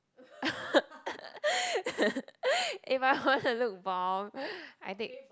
if I wanna look bomb I take